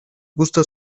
gustos